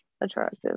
attractive